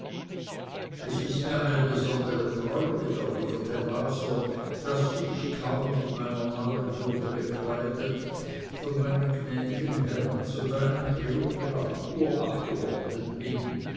es ist mir eine besondere freude erwiderte waser daß ich kaum mit meiner neuen würde bekleidet von meinen gnädigen herren zu deinem triumphe nach chur abgeordnet bin